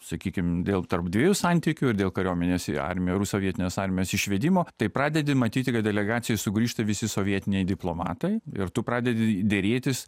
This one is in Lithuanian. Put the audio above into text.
sakykim dėl tarp dviejų santykių dėl kariuomenės į armiją ru sovietinės armijos išvedimo tai pradedi matyti kad delegacijoje sugrįžta visi sovietiniai diplomatai ir tu pradedi derėtis